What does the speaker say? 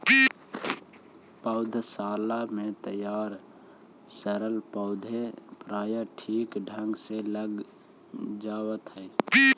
पौधशाला में तैयार करल पौधे प्रायः ठीक ढंग से लग जावत है